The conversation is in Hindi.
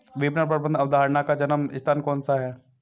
विपणन प्रबंध अवधारणा का जन्म स्थान कौन सा है?